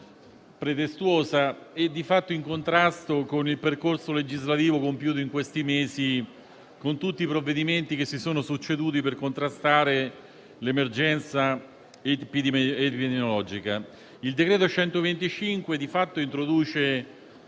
pretestuosa e, di fatto, in contrasto con il percorso legislativo compiuto in questi mesi, con tutti i provvedimenti che si sono succeduti per contrastare l'emergenza epidemiologica. Il decreto-legge n. 125 del